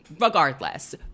regardless